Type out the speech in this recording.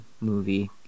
movie